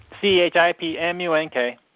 C-H-I-P-M-U-N-K